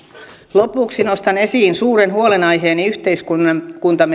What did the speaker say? lopuksi nostan esiin suuren huolenaiheeni yhteiskuntamme